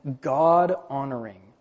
God-honoring